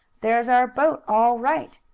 there's our boat all right,